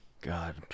God